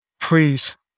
please